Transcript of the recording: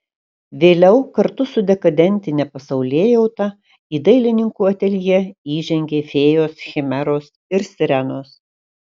vėliau kartu su dekadentine pasaulėjauta į dailininkų ateljė įžengė fėjos chimeros ir sirenos